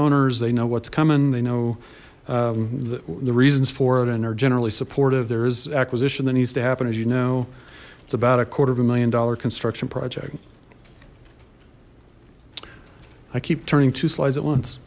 owners they know what's coming they know the reasons for it and are generally supportive there is acquisition that needs to happen as you know it's about a quarter of a million dollar construction project i keep turning to slides at on